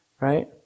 right